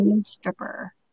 stripper